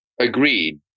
agreed